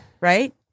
Right